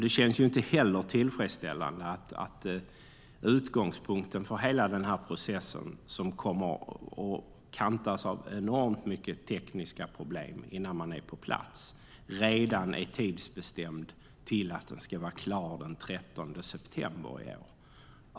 Det känns inte heller tillfredsställande att utgångspunkten för hela denna process, som kommer att kantas av enormt många tekniska problem innan det är på plats, redan är tidsbestämd till att vara klar den 13 september i år.